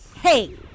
Hey